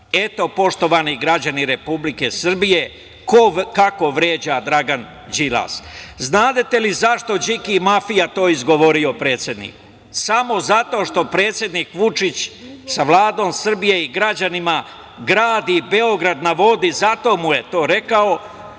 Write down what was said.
Eto, poštovani građani Republike Srbije kako vređa Dragan Đilas. Znadete li zašto je Điki mafija to izgovorio predsedniku? Samo zato što predsednik Vučić sa Vladom Srbije i građanima gradi "Beograd na vodi", zato mu je to rekao,